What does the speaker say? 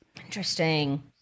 Interesting